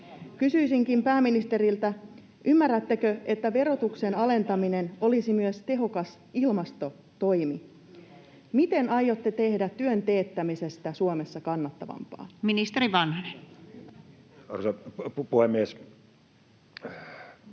Kysyisinkin pääministeriltä: Ymmärrättekö, että verotuksen alentaminen olisi myös tehokas ilmastotoimi? [Mika Niikko: Kyllä vai ei?] Miten aiotte tehdä työn teettämisestä Suomessa kannattavampaa? Nyt ei ole mikrofoni teillä